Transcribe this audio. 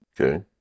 Okay